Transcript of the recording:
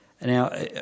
Now